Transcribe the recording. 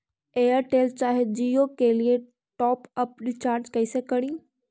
Airtel चाहे जियो के लिए टॉप अप रिचार्ज़ कैसे करी?